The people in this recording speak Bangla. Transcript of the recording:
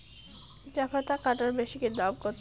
চাপাতা কাটর মেশিনের দাম কত?